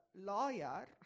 lawyer